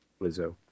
Lizzo